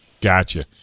Gotcha